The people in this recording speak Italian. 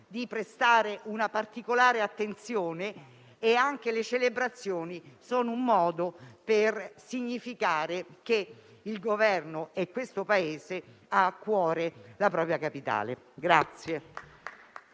di prestare una particolare attenzione, rilevando che anche le celebrazioni sono un modo per significare che il Governo e il Paese hanno a cuore la propria capitale.